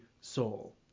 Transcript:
soul